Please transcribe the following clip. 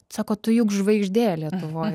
sako tu juk žvaigždė lietuvoj